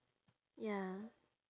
ya